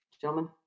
Gentlemen